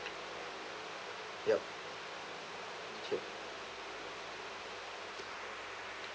yup ya